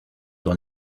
dans